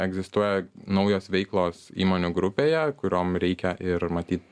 egzistuoja naujos veiklos įmonių grupėje kurioms reikia ir matyt